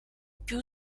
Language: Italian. più